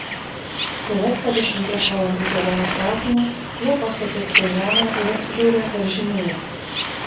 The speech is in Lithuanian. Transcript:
beveik po dešimties valandų kelionės traukiniu jie pasiekė pchenjaną ir atsidūrė daržinėje